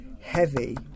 Heavy